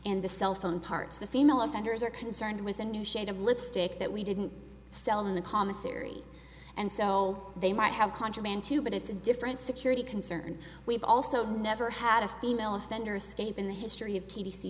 and the cell phone parts the female offenders are concerned with a new shade of lipstick that we didn't sell in the commissary and so they might have contraband too but it's a different security concern we've also never had a female offender scape in the history of t v c